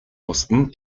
mussten